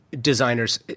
designers